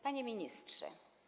Panie Ministrze!